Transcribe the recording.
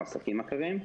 או עסקים אחרים,